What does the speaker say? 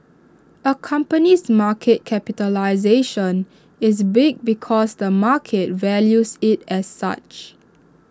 A company's market capitalisation is big because the market values IT as such